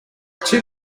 two